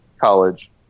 college